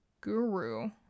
guru